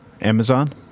Amazon